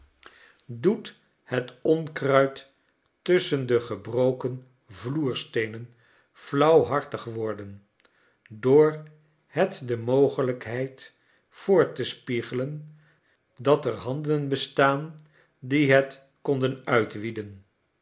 het onkruid tusschen de gebroken vloersteenen flau whartig worden door het de mogelij kheid voor te spiegelen dat er handen bestaan die het konden uitwieden